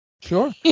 Sure